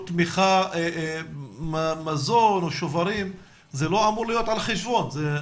תמיכה במזון או שוברים זה לא אמור להיות על חשבון זה.